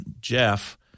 Jeff